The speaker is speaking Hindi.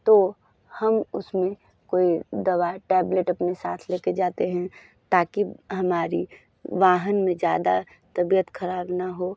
तो हम उसमें कोई दवाई टैबलेट अपने साथ ले कर जाते हैं ताकि हमारी वाहन में ज़्यादा तबीयत ख़राब ना हो